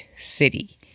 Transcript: city